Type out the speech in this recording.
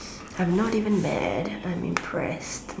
I'm not even mad I'm impressed